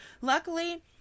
Luckily